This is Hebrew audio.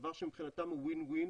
דבר שמבחינתם הוא win win,